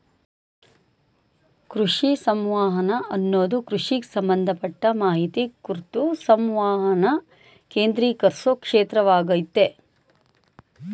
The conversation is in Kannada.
ಕೃಷಿ ಸಂವಹನ ಅನ್ನದು ಕೃಷಿಗ್ ಸಂಬಂಧಪಟ್ಟ ಮಾಹಿತಿ ಕುರ್ತು ಸಂವಹನನ ಕೇಂದ್ರೀಕರ್ಸೊ ಕ್ಷೇತ್ರವಾಗಯ್ತೆ